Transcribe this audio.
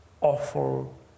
awful